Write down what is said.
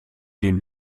den